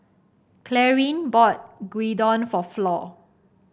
Clarine bought Gyudon for Flor